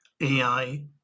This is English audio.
ai